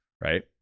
right